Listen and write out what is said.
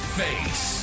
face